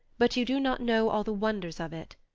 but you do not know all the wonders of it.